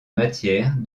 matière